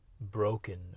broken